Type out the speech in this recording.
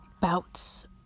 bouts